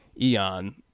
eon